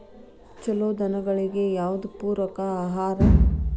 ಛಲೋ ದನಗಳಿಗೆ ಯಾವ್ದು ಪೂರಕ ಆಹಾರ?